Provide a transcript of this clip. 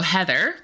Heather